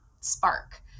spark